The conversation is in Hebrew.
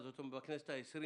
בכנסת ה-20